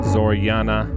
Zoriana